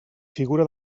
figura